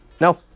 No